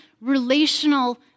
relational